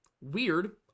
Weird